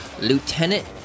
Lieutenant